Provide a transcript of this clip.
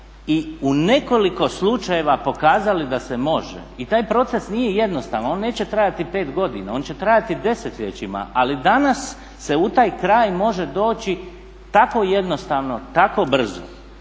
i u nekoliko slučajeva pokazali da se može. I taj proces nije jednostavan, on neće trajati pet godina, on će trajati desetljećima. Ali danas se u taj kraj može doći tako jednostavno, tako brzo.